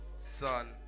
son